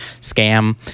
scam